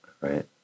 right